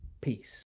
peace